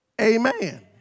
Amen